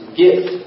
gift